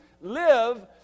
live